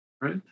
right